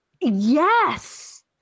yes